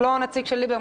הוא לא נציג של ליברמן.